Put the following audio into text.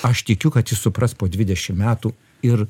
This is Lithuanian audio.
aš tikiu kad jis supras po dvidešim metų ir